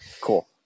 Cool